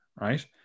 right